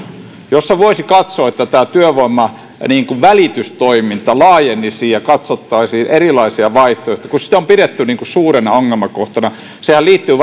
ja voisi katsoa että tämä työvoimanvälitystoiminta laajenisi ja katsottaisiin erilaisia vaihtoehtoja kun sitä on pidetty suurena ongelmakohtana sehän liittyy